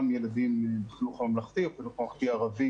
גם ילדים בחינוך הממלכתי ובחינוך הממלכתי-ערבי